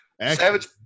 Savage